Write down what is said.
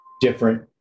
different